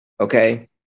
okay